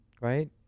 right